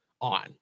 on